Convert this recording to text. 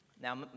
Now